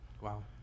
Wow